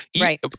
right